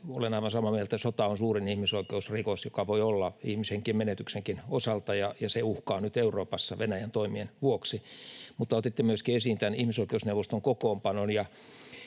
olen aivan samaa mieltä — sota on suurin ihmisoikeusrikos, joka voi olla, ihmishenkien menetyksenkin osalta, ja se uhkaa nyt Euroopassa Venäjän toimien vuoksi. Mutta otitte myöskin esiin tämän ihmisoikeusneuvoston kokoonpanon,